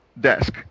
desk